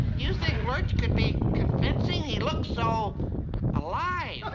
you think lurch could be convincing? he looks so alive.